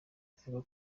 bivugwa